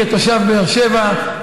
כתושב באר שבע,